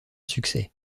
succès